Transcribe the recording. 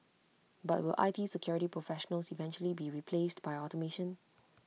but will I T security professionals eventually be replaced by automation